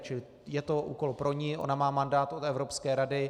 Čili je to úkol pro ni, ona má mandát od Evropské rady.